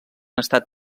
estat